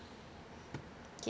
okay